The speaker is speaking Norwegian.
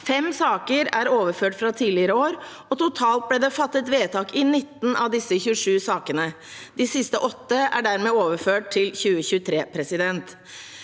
Fem saker er overført fra tidligere år. Totalt ble det fattet vedtak i 19 av disse 27 sakene. De siste åtte er dermed overført til 2023.